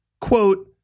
quote